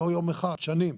ולא יום אחד, אלא שנים,